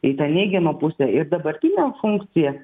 į tą neigiamą pusę ir dabartinė funkcija